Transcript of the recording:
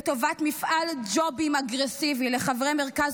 כך האלו לטובת מפעל ג'ובים אגרסיבי לחברי מרכז